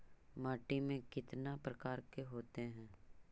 माटी में कितना प्रकार के होते हैं?